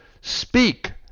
speak